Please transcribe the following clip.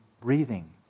breathing